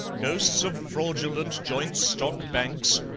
ghosts of fraudulent joint-stock banks,